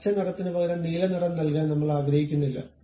പച്ച നിറത്തിന് പകരം നീല നിറം നൽകാൻ നമ്മൾ ആഗ്രഹിക്കുന്നില്ല